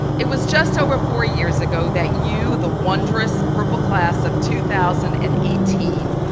it was just over four years ago that you, the wondrous purple class of two thousand and eighteen,